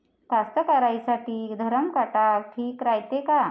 कास्तकाराइसाठी धरम काटा ठीक रायते का?